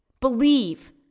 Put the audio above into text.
believe